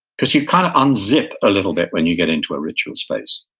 because you kind of unzip a little bit when you get into a ritual space,